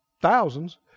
thousands